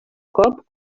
cop